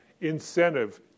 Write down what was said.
incentive